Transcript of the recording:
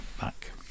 Back